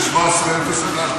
1701,